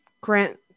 grant